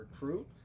recruit